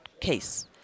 case